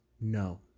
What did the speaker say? No